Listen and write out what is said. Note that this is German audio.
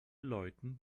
leuten